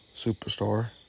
superstar